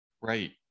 Right